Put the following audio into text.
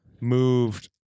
moved